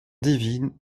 divine